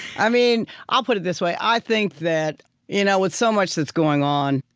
i mean i'll put it this way. i think that you know with so much that's going on,